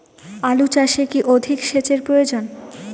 আলু চাষে কি অধিক সেচের প্রয়োজন?